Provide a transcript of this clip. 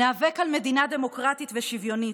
ניאבק על מדינה דמוקרטית ושוויונית,